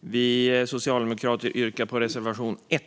Jag yrkar bifall till reservation 1.